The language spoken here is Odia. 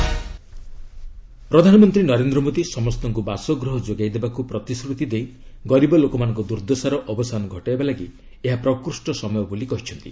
ପିଏମ୍ ଲାଇଟ୍ ହାଉସ୍ ପ୍ରଧାନମନ୍ତ୍ରୀ ନରେନ୍ଦ୍ର ମୋଦି ସମସ୍ତଙ୍କ ବାସଗୃହ ଯୋଗାଇଦେବାକ୍ ପ୍ରତିଶ୍ରତି ଦେଇ ଗରିବ ଲୋକମାନଙ୍କ ଦୂର୍ଦ୍ଦଶାର ଅବସାନ ଘଟାଇବା ପାଇଁ ଏହା ପ୍ରକୃଷ୍ଟ ସମୟ ବୋଲି କହିଛନ୍ତି